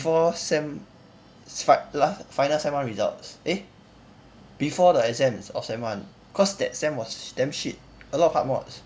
before sem fi~ la~ final sem one results eh before the exams of sem one cause that sem was damn shit a lot of hard mods